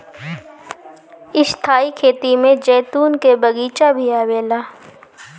स्थाई खेती में जैतून के बगीचा भी आवेला